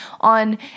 on